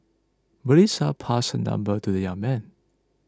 Melissa passed her number to the young man